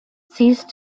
ceased